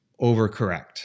overcorrect